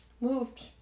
moved